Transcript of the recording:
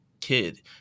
kid